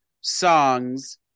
songs